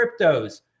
cryptos